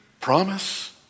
promise